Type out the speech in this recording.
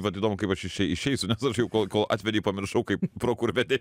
vat įdomu kaip aš iš čia išeisiu nes aš jau kol kol atvedei pamiršau kaip pro kur vedei